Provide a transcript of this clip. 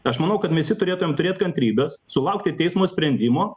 aš manau kad mes ir turėtumėm turėt kantrybės sulaukti teismo sprendimo